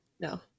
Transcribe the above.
No